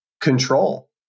control